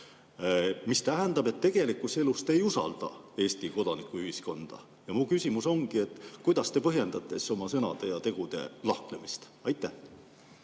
See tähendab, et tegelikus elus te ei usalda Eesti kodanikuühiskonda. Mu küsimus ongi see: kuidas te põhjendate oma sõnade ja tegude lahknemist? Aitäh!